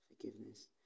forgiveness